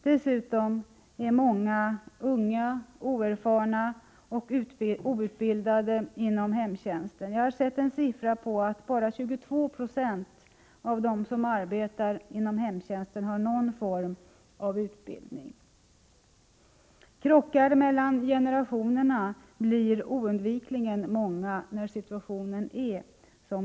Dessutom är många unga, oerfarna och outbildade inom hemtjänsten — jag har en siffra på att bara 22 76 av dem som arbetar inom hemtjänsten har någon form av utbildning. Krockarna mellan generationerna blir oundvikligen många med en sådan situation.